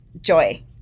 joy